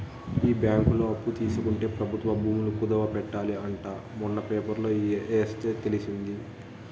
ఈ బ్యాంకులో అప్పు తీసుకుంటే ప్రభుత్వ భూములు కుదవ పెట్టాలి అంట మొన్న పేపర్లో ఎస్తే తెలిసింది